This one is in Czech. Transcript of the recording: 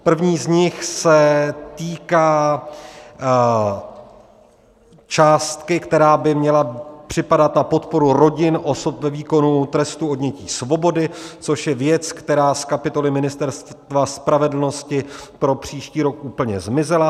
První z nich se týká částky, která by měla připadat na podporu rodin osob ve výkonu trestu odnětí svobody, což je věc, která z kapitoly Ministerstva spravedlnosti pro příští rok úplně zmizela.